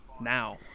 now